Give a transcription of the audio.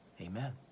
Amen